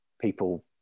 people